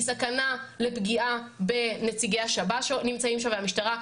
היא סכנה לפגיעה בנציגי השב"ס שנמצאים שם והמשטרה,